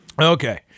Okay